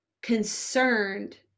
concerned